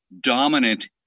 dominant